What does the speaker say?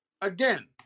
Again